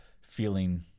feeling